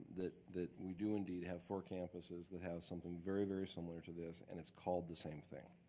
that that we do indeed have four campuses that have something very very similar to this and it's called the same thing.